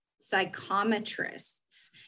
psychometrists